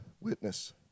witness